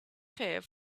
fair